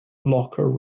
locker